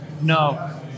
no